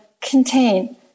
contain